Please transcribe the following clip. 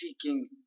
seeking